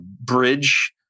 bridge